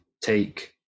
take